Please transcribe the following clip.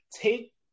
take